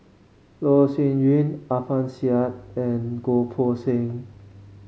Loh Sin Yun Alfian Sa'at and Goh Poh Seng